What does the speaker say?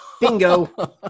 Bingo